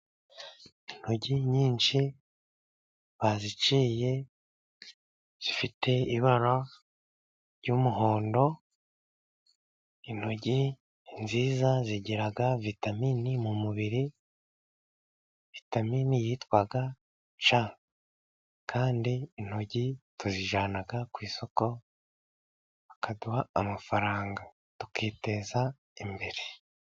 Intoryi nyinshi baziciye, zifite ibara ry'umuhondo, intoryi nziza zigira vitaminini mu mubiri, vitaminini yitwa ca, kandi intoryi tuzijyana ku isoko bakaduha amafaranga tukiteza imbere.